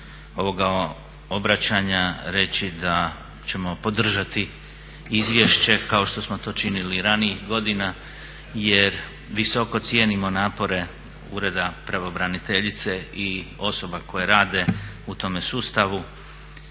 ovoga obraćanja reći da ćemo podržati izvješće kao što smo to činili ranijih godina jer visoko cijenimo napore Ureda pravobraniteljice i osoba koje rade u tom sustavu,